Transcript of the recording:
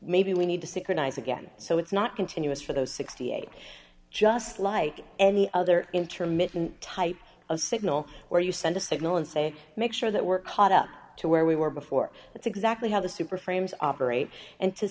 maybe we need to synchronize again so it's not continuous for those sixty eight just like any other intermittent type of signal where you send a signal and say make sure that we're caught up to where we were before that's exactly how the super frames operate and to